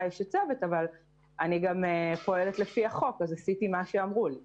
אבל אני גם פועלת לפי החוק אז עשיתי מה שאמרו לי.